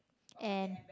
and